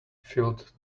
filled